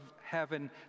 heaven